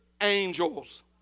angels